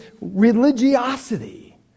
religiosity